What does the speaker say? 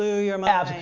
ah your mind.